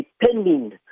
depending